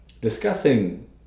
discussing